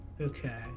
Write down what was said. Okay